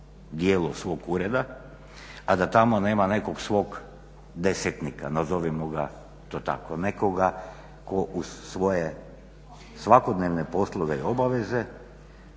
dijelu svog ureda a da tamo nema nekog svog desetnika, nazovimo ga to tako, nekoga tko uz svoje svakodnevne poslove i obaveze